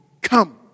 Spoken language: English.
Come